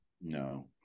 no